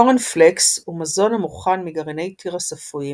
קורנפלקס הוא מזון המוכן מגרעיני תירס אפויים,